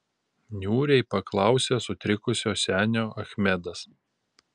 niūriai paklausė sutrikusio senio achmedas